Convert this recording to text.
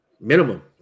minimum